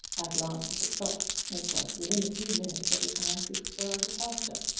i glanced at the clock. it was within a few minutes of the time fixed for our departure.